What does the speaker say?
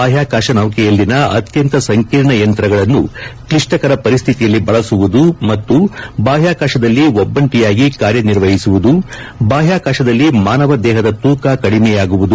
ಬಾಹ್ಲಾಕಾಶ ನೌಕೆಯಲ್ಲಿನ ಅತ್ಯಂತ ಸಂಕೀರ್ಣ ಯಂತ್ರಗಳನ್ನು ಕ್ಲಿಪ್ಪಕರ ಪರಿಸ್ತಿತಿಯಲ್ಲಿ ಬಳಸುವುದು ಮತ್ತು ಬಾಹ್ಲಾಕಾಶದಲ್ಲಿ ಒಬ್ಬಂಟಯಾಗಿ ಕಾರ್ಯ ನಿರ್ವಹಿಸುವುದು ಬಾಹ್ನಾಕಾಶದಲ್ಲಿ ಮಾನವ ದೇಹದ ತೂಕ ಕಡಿಮೆಯಾಗುವುದು